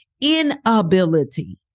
inability